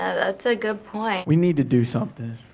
ah that's a good point. we need to do something.